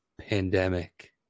pandemic